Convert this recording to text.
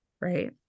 right